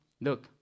Look